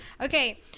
Okay